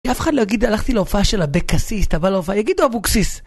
אף אחד לא יגיד, הלכתי להופעה של אבקסיס, אתה בא להופעה, יגידו אבוקסיס